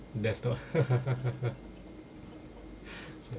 there's not